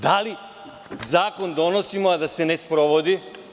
Da li zakon donosimo a da se ne sprovodi?